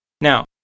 Now